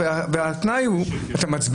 סכנה והתמודדות עם הקורונה,